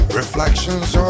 reflections